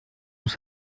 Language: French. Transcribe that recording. nous